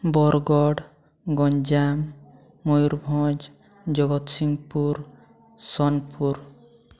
Bargarh Ganjam Mayurbhanj Jagatsinghpur Sonepur